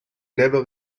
never